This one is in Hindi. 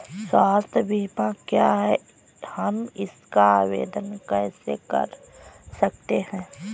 स्वास्थ्य बीमा क्या है हम इसका आवेदन कैसे कर सकते हैं?